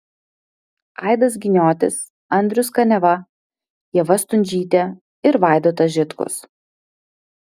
aidas giniotis andrius kaniava ieva stundžytė ir vaidotas žitkus